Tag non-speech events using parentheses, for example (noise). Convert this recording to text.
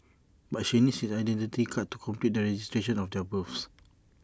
but she needs his Identity Card to complete the registration of their births (noise)